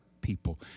people